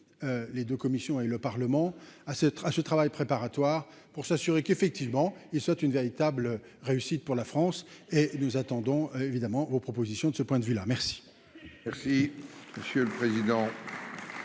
les deux Commission et le Parlement à ce à ce travail préparatoire pour s'assurer qu'effectivement, il souhaite une véritable réussite pour la France et nous attendons évidemment vos propositions, de ce point de vue là merci